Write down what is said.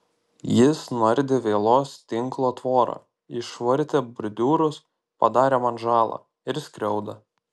jis nuardė vielos tinklo tvorą išvartė bordiūrus padarė man žalą ir skriaudą